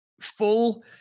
full